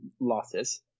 losses